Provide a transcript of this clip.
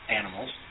animals